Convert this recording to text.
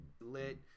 lit